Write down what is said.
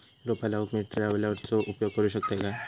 रोपा लाऊक मी ट्रावेलचो उपयोग करू शकतय काय?